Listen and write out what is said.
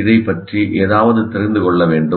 இதைப் பற்றி ஏதாவது தெரிந்து கொள்ள வேண்டும்